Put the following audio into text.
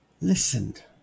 listened